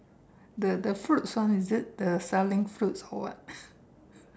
the the fruits one is it the selling fruits or what